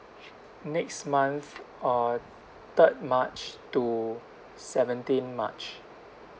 next month uh third march to seventeen march